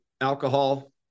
alcohol